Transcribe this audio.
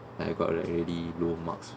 I got like really low marks